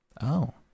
Oh